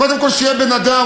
קודם כול שיהיה בן-אדם,